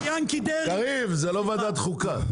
וינקי דרעי יושב --- קריב, זאת לא ועדת חוקה.